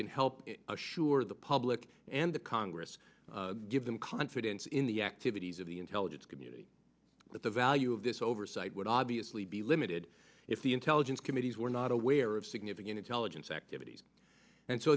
can help assure the public and the congress give them confidence in the activities of the intelligence community that the value of this oversight would obviously be limited if the intelligence committees were not aware of significant intelligence activities and so